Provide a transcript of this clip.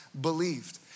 believed